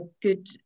good